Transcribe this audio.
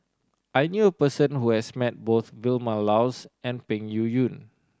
I knew a person who has met both Vilma Laus and Peng Yuyun